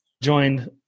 joined